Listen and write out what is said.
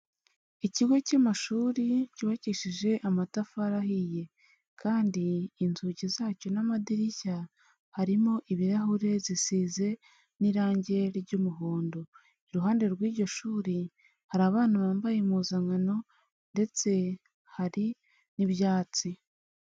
Ikigo cy'amashuri cyubakishije amatafari ahiye kandi inzugi zacyo n'amadirishya harimo ibirahure zisize n'irange ry'umuhondo, iruhande rw'iryo shuri hari abana bambaye impuzankano ndetse hari n'ibyatsi.